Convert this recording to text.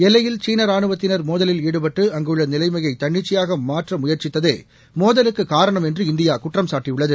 எல்லையில் சீன ராணுவத்தினர் மோதலில் ஈடுபட்டு அங்குள்ள நிலைமையை தன்னிச்சையாக மாற்ற முயற்சித்ததே மோதலுக்குக் காரணம் என்று இந்தியா குற்றம் சாட்டியுள்ளது